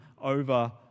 over